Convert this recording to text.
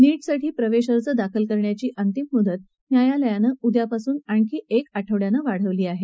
नीट साठी प्रवेश अर्ज दाखल करण्याची अंतिम मुदतही न्यायालयानं उद्यापासून आणखी एक आठवड्यानं वाढवली आहे